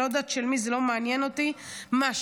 אני לא יודעת של מי,